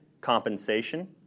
compensation